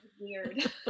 weird